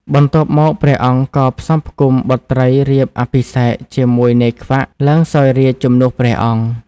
បន្ទាប់មកព្រះអង្គក៏ផ្សំផ្គុំបុត្រីរៀបអភិសេកជាមួយនាយខ្វាក់ ឡើងសោយរាជជំនួសព្រះអង្គ។